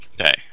Okay